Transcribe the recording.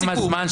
מה נרוויח מזה?